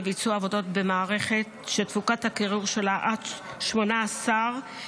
לביצוע עבודות במערכת שתפוקת הקירור שלה עד 18 קילו-ואט,